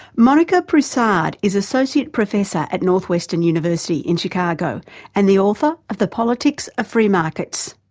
monica prasad is associate professor at north western university in chicago and the author of the politics of free markets.